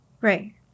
Right